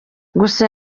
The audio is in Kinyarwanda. gusa